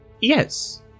Yes